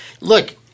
look